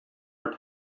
are